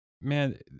man